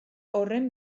horren